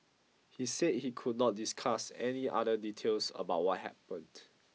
he said he could not discuss any other details about what happened